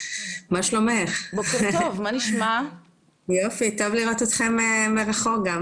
כדאי להשוות את התנאים של ניצולי השואה למה שנקרא הנכים המורכבים,